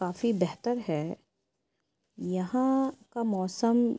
کافی بہتر ہے یہاں کا موسم